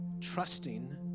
trusting